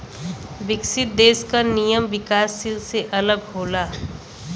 विकसित देश क नियम विकासशील से अलग होला